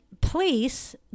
police